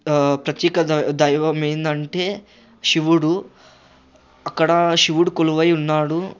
ప్రత్యేక దా దైవం ఏంటంటే శివుడు అక్కడా శివుడు కొలువై ఉన్నాడు